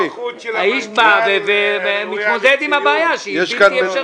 האיש בא ומתמודד עם הבעיה שהיא בלתי אפשרית.